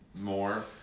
more